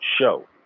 show